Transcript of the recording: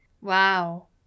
Wow